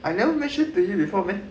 I never mention to you before meh